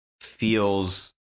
feels